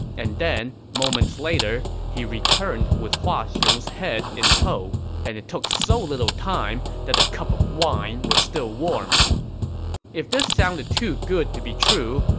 and then, moments later, he returned with hua xiong's head in tow, and it took so little time that the cup of wine was still warm if this sounded too good to be true,